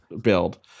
build